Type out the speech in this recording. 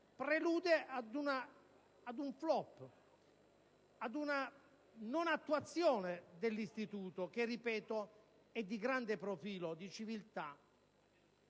prelude ad un *flop*, ad una non attuazione dell'istituto, che, ripeto, è di grande profilo di civiltà.